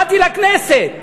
באתי לכנסת,